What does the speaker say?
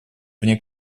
вне